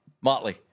Motley